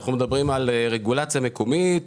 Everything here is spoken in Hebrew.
כשאנחנו מדברים על רגולציה מקומית.